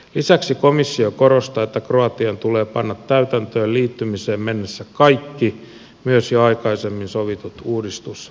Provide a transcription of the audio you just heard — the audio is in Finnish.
lisäksi komissio korostaa että kroatian tulee panna täytäntöön liittymiseen mennessä kaikki myös jo aikaisemmin sovitut uudistustavoitteet